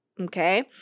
Okay